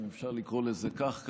אם אפשר לקרוא לזה כך כאן.